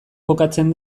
kokatzen